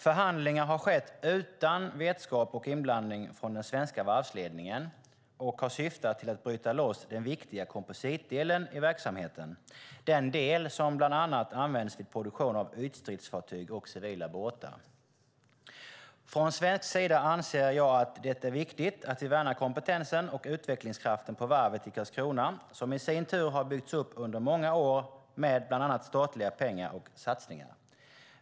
Förhandlingar har skett utan vetskap och inblandning från den svenska varvsledningen och har syftat till att bryta loss den viktiga kompositdelen i verksamheten, den del som bland annat används vid produktion av ytstridsfartyg och civila båtar. Från svensk sida anser jag att det är viktigt att vi värnar kompetensen och utvecklingskraften på varvet i Karlskrona som i sin tur har byggts upp under många år med bland annat statliga pengar och satsningar.